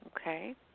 Okay